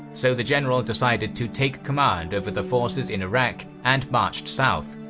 so the general decided to take command over the forces in iraq and marched south,